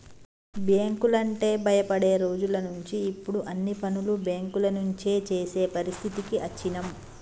బ్యేంకులంటే భయపడే రోజులనుంచి ఇప్పుడు అన్ని పనులు బ్యేంకుల నుంచే జేసే పరిస్థితికి అచ్చినం